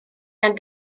gan